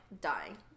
dying